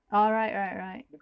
oh right right right